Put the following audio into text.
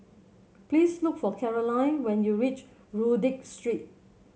please look for Caroline when you reach Rodyk Street